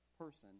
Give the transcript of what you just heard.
person